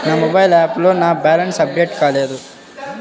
నా మొబైల్ యాప్లో నా బ్యాలెన్స్ అప్డేట్ కాలేదు